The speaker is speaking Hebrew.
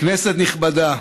כנסת נכבדה,